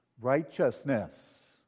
Righteousness